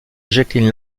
jacqueline